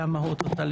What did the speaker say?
כמה הוא טוטליטרי,